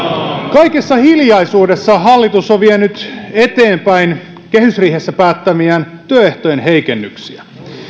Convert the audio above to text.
kaikessa hiljaisuudessa hallitus on vienyt eteenpäin kehysriihessä päättämiään työehtojen heikennyksiä